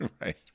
Right